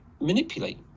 manipulate